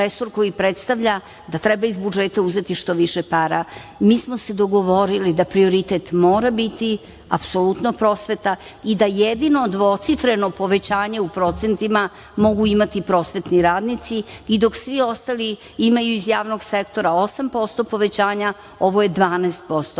resor koji predstavlja da treba iz budžeta uzeti što više para, mi smo se dogovorili da prioritet mora biti apsolutno prosveta i da jedino dvocifreno povećanje u procentima mogu imati prosvetni radnici i dok svi ostali imaju iz javnog sektora 8% povećanja ovo je